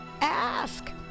ask